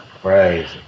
crazy